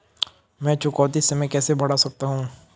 मैं चुकौती समय कैसे बढ़ा सकता हूं?